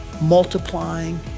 multiplying